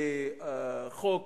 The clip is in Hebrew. בחוק